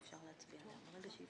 מה שהיה